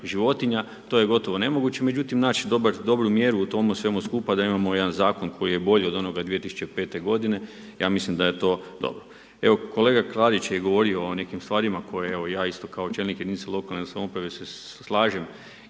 životinja to je gotovo nemoguće, međutim naći dobru mjeru u tomu svemu skupa da imamo jedan zakon koji je bolji od onoga 2005. godine ja mislim da je to dobro. Evo kolega Klarić je govorio o nekim stvarima koje ja isto kao čelnik jedinice lokalne samouprave se slažem